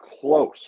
close